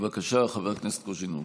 בבקשה, חבר הכנסת קוז'ינוב.